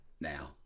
now